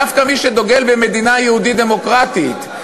דווקא מי שדוגל במדינה יהודית דמוקרטית?